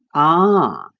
ah!